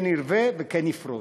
כן ירבה וכן יפרוץ.